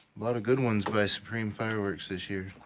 lot of good ones by supreme fireworks this year.